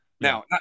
Now